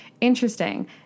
Interesting